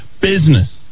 business